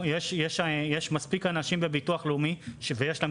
יש מספיק אנשים בביטוח לאומי שיש להם